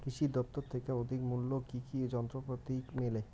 কৃষি দফতর থেকে অর্ধেক মূল্য কি কি যন্ত্রপাতি মেলে?